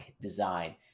design